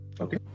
Okay